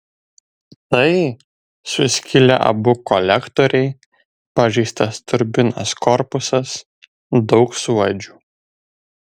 tai suskilę abu kolektoriai pažeistas turbinos korpusas daug suodžių